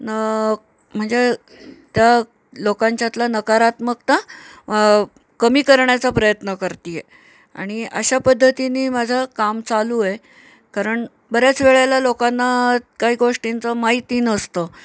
न म्हणजे त्या लोकांच्यातला नकारात्मकता कमी करण्याचा प्रयत्न करते आहे आणि अशा पद्धतीनी माझं काम चालू आहे कारण बऱ्याच वेळेला लोकांना काही गोष्टींचं माहिती नसतं